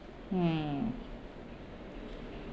mm